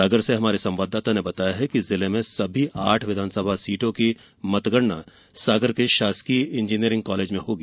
सागर से हमारे संवाददाता ने बताया है कि जिले में सभी आठ विधानसभा सीटों की मतगणना सागर के शासकीय इंजीनियरिंग कालेज में होगी